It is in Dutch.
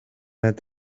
met